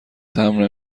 تمبر